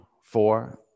four